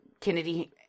Kennedy